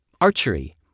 Archery